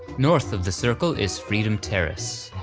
north of the circle is freedom terrace.